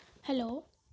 hello